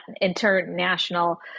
international